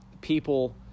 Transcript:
people